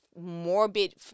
morbid